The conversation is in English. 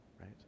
right